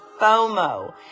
FOMO